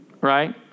right